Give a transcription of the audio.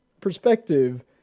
perspective